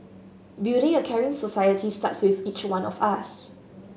building a caring society starts with each one of us